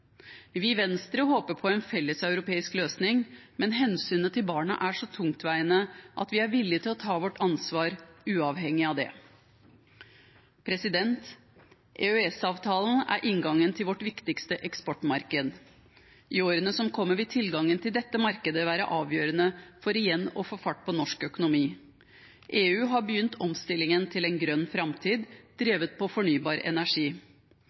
Vi i Venstre håper på en felleseuropeisk løsning, men hensynet til barna er så tungtveiende at vi er villige til å ta vårt ansvar uavhengig av det. EØS-avtalen er inngangen til vårt viktigste eksportmarked. I årene som kommer, vil tilgangen til dette markedet være avgjørende for igjen å få fart på norsk økonomi. EU har begynt omstillingen til en grønn framtid, drevet av fornybar energi.